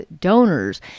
donors